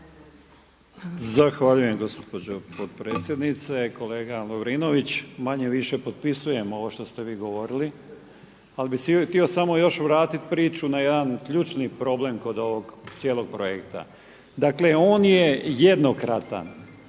Zahvaljujem gospođo potpredsjednice. Kolega Lovrinović, manje-više potpisujem ovo što ste vi govorili, ali bih se htio samo još vratiti priču na jedan ključni problem kod ovog cijelog projekta. Dakle, on je jednokratan,